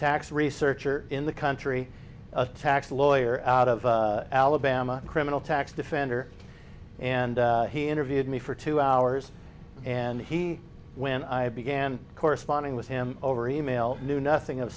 tax researcher in the country tax lawyer out of alabama criminal tax defender and he interviewed me for two hours and he when i began corresponding with him over e mail knew nothing of